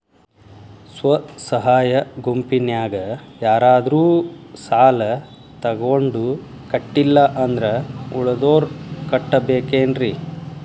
ಸ್ವ ಸಹಾಯ ಗುಂಪಿನ್ಯಾಗ ಯಾರಾದ್ರೂ ಸಾಲ ತಗೊಂಡು ಕಟ್ಟಿಲ್ಲ ಅಂದ್ರ ಉಳದೋರ್ ಕಟ್ಟಬೇಕೇನ್ರಿ?